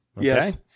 Yes